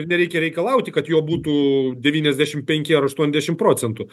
nereikia reikalauti kad jo būtų devyniasdešim penki ar aštuoniasdešim procentų